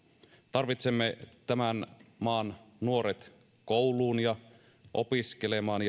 tarvitsemme tämän maan nuoret kouluun ja opiskelemaan